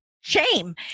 shame